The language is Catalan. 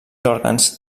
òrgans